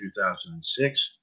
2006